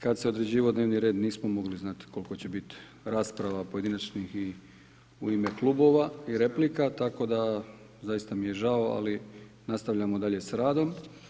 Kad se određivao dnevni red nismo mogli znati koliko će biti rasprava pojedinačnih i u ime klubova i replika, tako da zaista mi je žao, ali nastavljamo dalje s radom.